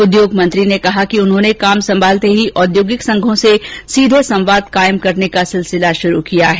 उद्योग मंत्री ने कहा कि उन्होंने काम संभालते ही औद्योगिक संघों से सीधे संवाद कायम करने का सिलसिला शुरू किया है